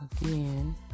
again